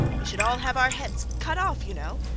we should all have our heads cut off, you know.